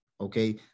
Okay